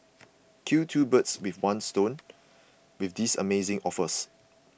kill two birds with one stone with these amazing offers